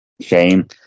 shame